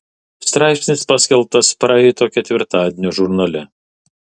straipsnis paskelbtas praeito ketvirtadienio žurnale